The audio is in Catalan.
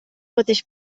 mateix